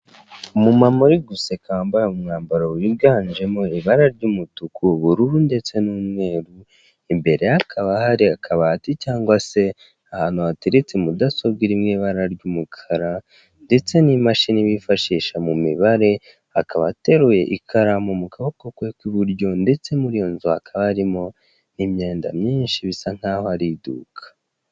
Umumama muri useka wambaye umwambaro wiganjemo ibara ry'umutuku, ubururu ndetse n'umweru, imbere hakaba hari akabati cyangwa se ahantu hateretse mudasobwa iri mu ibara ry'umukara ndetse n'imashini bifashisha mu mibare, akaba ateruye ikaramu mu kuboko kwe kw'iburyo, ndetse muri iyo nzu hakaba harimo imyanda myinshi bisa nk'aho hari iduka.